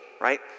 right